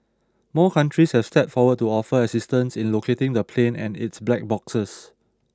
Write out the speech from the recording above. more countries have stepped forward to offer assistance in locating the plane and its black boxes